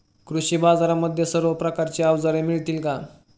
कृषी बाजारांमध्ये सर्व प्रकारची अवजारे मिळतील का?